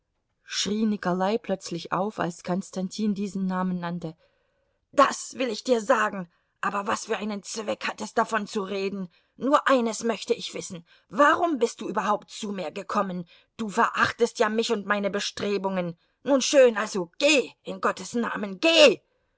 nikolai plötzlich auf als konstantin diesen namen nannte das will ich dir sagen aber was für einen zweck hat es davon zu reden nur eines möchte ich wissen warum bist du überhaupt zu mir gekommen du verachtest ja mich und meine bestrebungen nun schön also geh in gottes namen geh